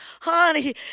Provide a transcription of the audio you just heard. honey